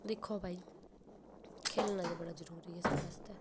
दिक्खो भाई खे'ल्लना ते बड़ा जरूरी ऐ साढ़े आस्तै